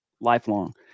lifelong